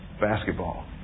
basketball